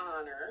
honor